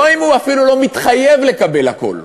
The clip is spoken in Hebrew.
לא אם הוא אפילו לא מתחייב לקבל הכול.